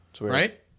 Right